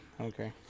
Okay